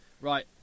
Right